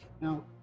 Now